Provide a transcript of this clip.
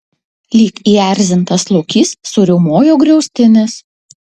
lyg įerzintas lokys suriaumojo griaustinis